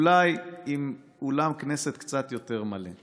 אולי עם אולם כנסת קצת יותר מלא.